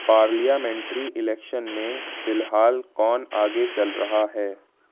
parliamentary election میں فی لحال کون آگے چل رہا ہے